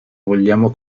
vogliamo